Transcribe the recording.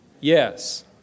Yes